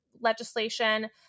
legislation